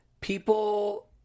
people –